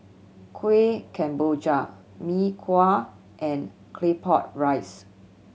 Kueh Kemboja Mee Kuah and Claypot Rice